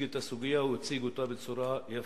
את הסוגיה הוא הציג אותה בצורה יפה.